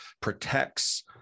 protects